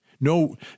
No